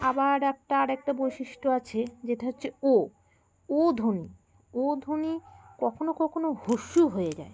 আবার একটা আরকটা বৈশিষ্ট্য আছে যেটা হচ্ছে ও ও ধনি ও ধনি কখনো কখনো হ্রস্য উ হয়ে যায়